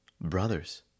Brothers